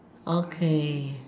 okay